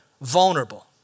vulnerable